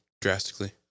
drastically